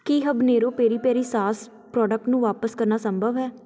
ਕੀ habanero peri peri sauce product ਨੂੰ ਵਾਪਿਸ ਕਰਨਾ ਸੰਭਵ ਹੈ